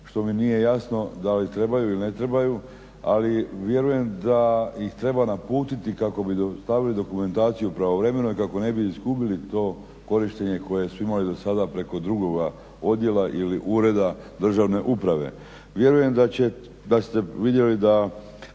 što mi nije jasno da li trebaju ili ne trebaju ali vjerujem da ih treba naputiti kako bi dostavili dokumentaciju pravovremeno i kako ne bi izgubili to korištenje koje su imali do sada preko drugoga odjela ili ureda državne uprave. Vjerujem da ste vidjeli da